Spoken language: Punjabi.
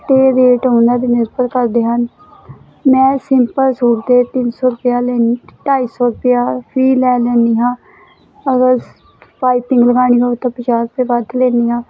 ਅਤੇ ਰੇਟ ਉਹਨਾਂ ਦੇ ਨਿਰਭਰ ਕਰਦੇ ਹਨ ਮੈਂ ਸਿੰਪਲ ਸੂਟ ਦੇ ਤਿੰਨ ਸੌ ਰੁਪਇਆ ਲੈਂਦੀ ਢਾਈ ਸੌ ਰੁਪਇਆ ਵੀ ਲੈ ਲੈਂਦੀ ਹਾਂ ਅਗਰ ਪਾਈਪਿੰਗ ਲਗਾਉਣੀ ਹੋਵੇ ਤਾਂ ਪੰਜਾਹ ਰੁਪਏ ਵੱਧ ਲੈਂਦੀ ਹਾਂ